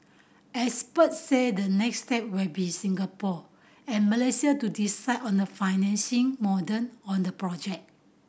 experts said the next step will be Singapore and Malaysia to decide on the financing modern on the project